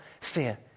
fear